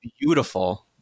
beautiful